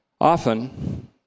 Often